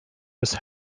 was